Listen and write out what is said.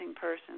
person